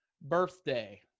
Birthday